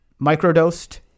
Microdosed